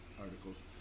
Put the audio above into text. articles